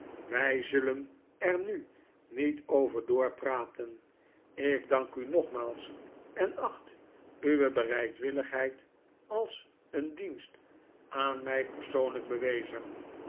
wij zullen er nu niet over doorpraten ik dank u nogmaals en acht uwe bereidwilligheid als een dienst aan mij persoonlijk bewezen